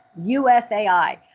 USAI